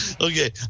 Okay